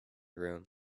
room